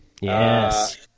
Yes